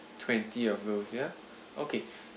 twenty of rose yeah okay